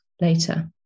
later